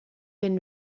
been